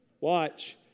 watch